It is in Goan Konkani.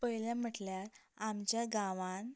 पयलें म्हटल्यार आमच्या गांवांत